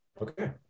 Okay